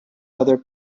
other